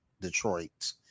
Detroit